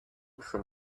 from